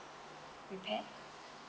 repair